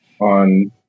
on